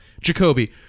Jacoby